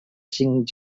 cinc